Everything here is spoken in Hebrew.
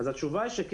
התשובה היא כן.